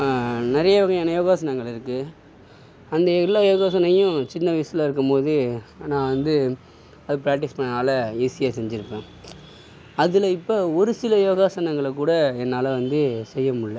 நிறைய வகையான யோகாசனங்கள் இருக்கு அந்த எல்லா யோகாசனையும் சின்ன வயசில் இருக்கும் மோது நான் வந்து அது ப்ராக்டிஸ் பண்ணுனதுனால நான் ஈஸியாக செஞ்சியிருப்பன் அதில் இப்போ ஒரு சில யோகாசனங்களை கூட என்னால் வந்து செய்யமுடியல